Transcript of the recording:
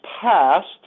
passed